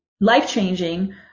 life-changing